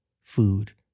Food